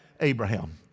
Abraham